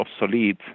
obsolete